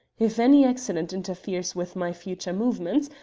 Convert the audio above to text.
if any accident interferes with my future movements,